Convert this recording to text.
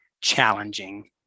challenging